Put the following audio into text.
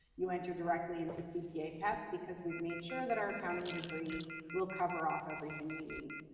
you enter directly into cpa pep, because we've made sure that our accounting degree will cover off everything they need.